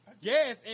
Yes